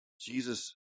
Jesus